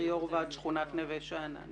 יושבת ראש ועד שכונת נווה שאנן.